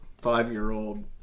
five-year-old